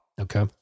Okay